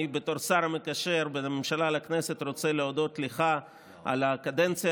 בתור השר המקשר בין הממשלה לכנסת אני רוצה להודות לך על הקדנציה